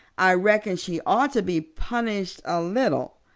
i reckon she ought to be punished a little.